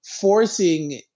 forcing